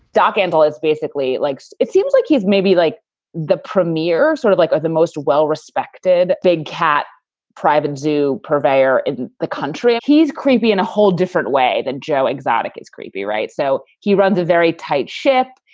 doc andl. it's basically like so it seems like he's maybe like the premier, sort of like like the most well-respected big cat private zoo purveyor in the country. he's creepy in a whole different way than joe. exotic. it's creepy, right? so he runs a very tight ship.